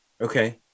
Okay